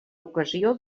ocasió